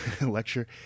lecture